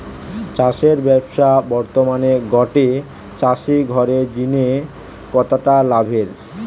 চাষবাসের ব্যাবসা বর্তমানে গটে চাষি ঘরের জিনে কতটা লাভের?